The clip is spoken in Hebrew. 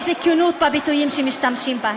איזו כנות בביטויים שמשתמשים בהם.